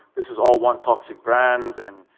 this is all one toxic brand. and,